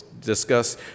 discuss